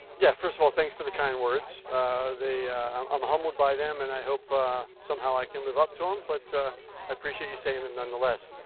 yeah, first of all thanks for the kind words they i'm humbled by them and i hope somehow i can live up to them um but i appreciate you saying them nonetheless.